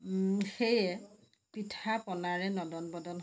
সেইয়ে পিঠা পনাৰে নদন বদন হয়